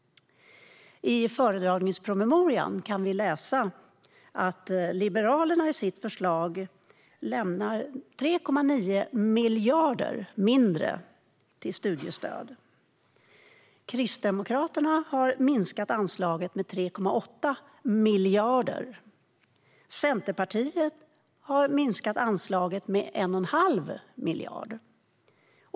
I föredragningspromemorian kan vi läsa att Liberalerna i sitt förslag satsar 3,9 miljarder kronor mindre till studiestöd. Kristdemokraterna har minskat anslaget med 3,8 miljarder. Centerpartiet har minskat anslaget med 1 1⁄2 miljard.